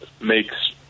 makes